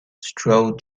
strode